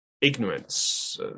ignorance